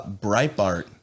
Breitbart